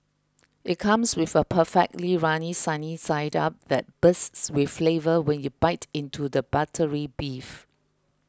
it comes with a perfectly runny sunny side up that bursts with flavour when you bite into the buttery beef